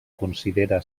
considera